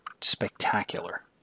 spectacular